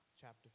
chapter